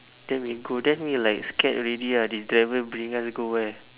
then we go then we like scared already ah this driver bringing us go where